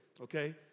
okay